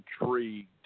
intrigued